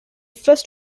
first